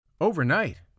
Overnight